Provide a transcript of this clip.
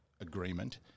agreement